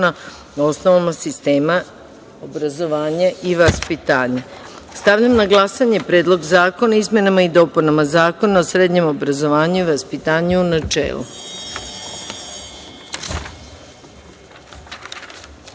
o osnovama sistema obrazovanja i vaspitanja. Stavljam na glasanje Predlog zakona o izmenama i dopunama Zakona o srednjem obrazovanju i vaspitanju, u